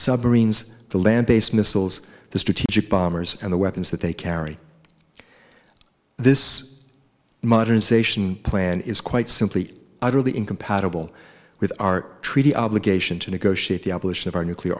submarines the land based missiles the strategic bombers and the weapons that they carry this modernization plan is quite simply utterly incompatible with our treaty obligation to negotiate the abolition of our nuclear